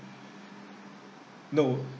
no